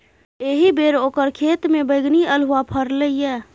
एहिबेर ओकर खेतमे बैगनी अल्हुआ फरलै ये